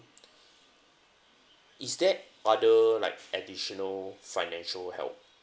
is that other like additional financial help